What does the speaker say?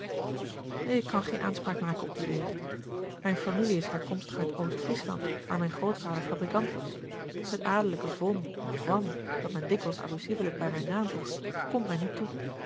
ik kan geen aanspraak maken op die eer mijne familie is herkomstig uit oost-friesland waar mijn grootvader fabrikant was het adellijke von of van dat men dikwijls abusievelijk bij mijn naam voegt komt mij niet toe